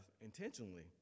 intentionally